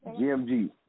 GMG